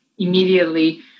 immediately